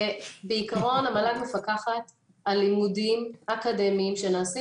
בעיקרון המל"ג מפקחת על לימודים אקדמיים שנעשים